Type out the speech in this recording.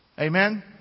Amen